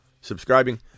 subscribing